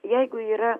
jeigu yra